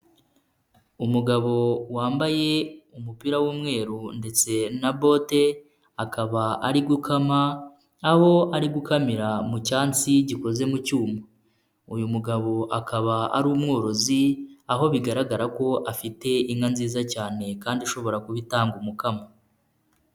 Umugabo wambaye umupira w'umweru ndetse na bote akaba ari gukama, aho ari gukamira mu cyansi gikoze mu cyuma, uyu mugabo akaba ari umworozi, aho bigaragara ko afite inka nziza cyane kandi ishobora kuba itanga umukamo.